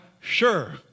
sure